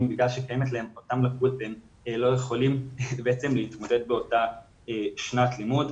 בגלל שקיימת להם אותה לקות והם לא יכולים להתמודד באותה שנת לימוד.